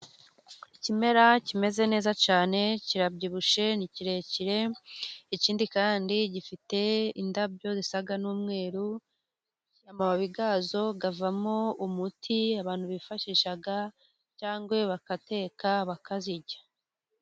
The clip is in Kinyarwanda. Ikimera kimeze neza cyane, kirabyibushye, ni kirekire, ikindi kandi gifite indabyo zisa n'umweru, amababi yazo avamo umuti abantu bifashisha, cyangwa bagateka bakazirya.